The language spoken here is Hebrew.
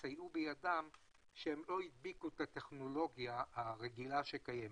אחרי שלא הדביקו את הטכנולוגיה שקיימת.